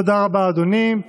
תודה רבה, אדוני.